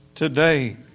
today